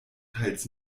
teils